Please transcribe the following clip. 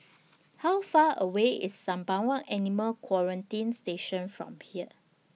How Far away IS Sembawang Animal Quarantine Station from here